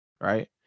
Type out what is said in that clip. right